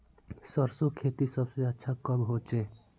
सरसों खेती सबसे अच्छा कब होचे?